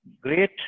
great